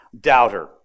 doubter